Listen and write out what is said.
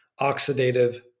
oxidative